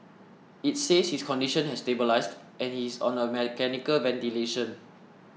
it says his condition has stabilised and he is on mechanical ventilation